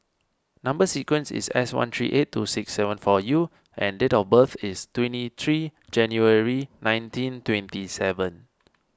Number Sequence is S one three eight two six seven four U and date of birth is twenty three January nineteen twenty seven